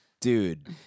dude